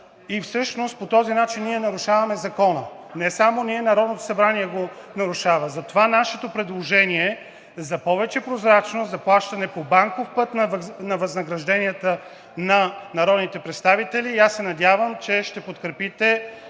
Всъщност по този начин ние нарушаваме закона. Не само ние, а Народното събрание го нарушава. Затова нашето предложение е за повече прозрачност за плащане по банков път на възнагражденията на народните представители и аз се надявам, че ще подкрепите